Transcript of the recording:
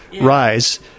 rise